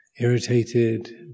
Irritated